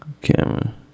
Camera